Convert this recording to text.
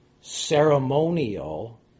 ceremonial